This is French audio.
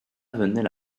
venait